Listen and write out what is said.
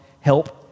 help